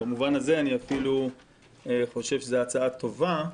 במובן הזה אני אפילו חושב שזאת הצעה טובה,